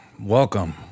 Welcome